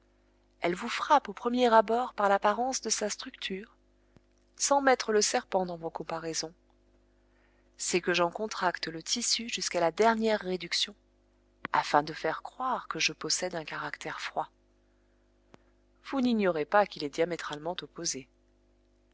elle vous frappe au premier abord par l'apparence de sa structure sans mettre le serpent dans vos comparaisons c'est que j'en contracte le tissu jusqu'à la dernière réduction afin de faire croire que je possède un caractère froid vous n'ignorez pas qu'il est diamétralement opposé